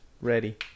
Ready